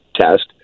test